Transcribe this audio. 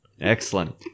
Excellent